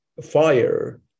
fire